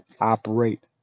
operate